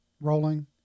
rolling